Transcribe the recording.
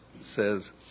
says